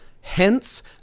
hence